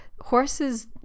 Horses